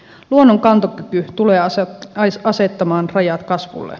luonnon kantokyky tulee asettamaan rajat kasvulle